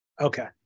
Okay